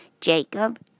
Jacob